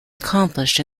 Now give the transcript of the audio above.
accomplished